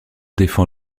défend